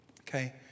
Okay